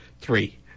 three